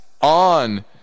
on